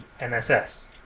NSS